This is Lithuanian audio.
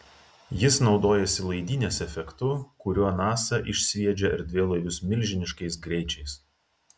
jis naudojasi laidynės efektu kuriuo nasa išsviedžia erdvėlaivius milžiniškais greičiais